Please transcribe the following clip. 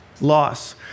loss